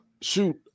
Shoot